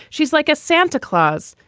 she's like a santa claus.